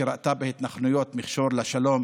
שראתה בהתנחלויות מכשול לשלום